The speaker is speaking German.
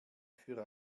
für